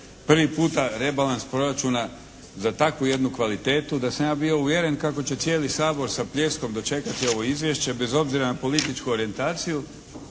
Prvi puta rebalans proračuna za takvu jednu kvalitetu da sam ja bio uvjeren kako će cijeli Sabor sa pljeskom dočekati ovo izvješće, bez obzira na političku orijentaciju,